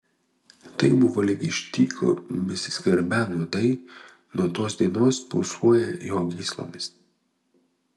tai buvo lyg iš tyko besiskverbią nuodai nuo tos dienos pulsuoją jo gyslomis